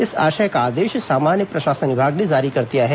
इस आशय का आदेश सामान्य प्रशासन विभाग ने जारी कर दिया है